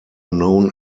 known